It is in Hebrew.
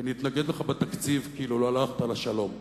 ונתנגד לך בתקציב כאילו לא הלכת לשלום.